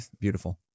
Beautiful